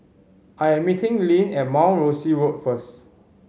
I am meeting Lynne at Mount Rosie Road first